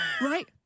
Right